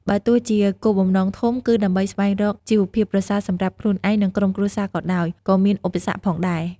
បើទោះជាគោលបំណងធំ គឺដើម្បីស្វែងរកជីវភាពប្រសើរសម្រាប់ខ្លួនឯង និងក្រុមគ្រួសារក៏ដោយ ក៏មានឧបសគ្គផងដែរ។